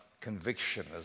conviction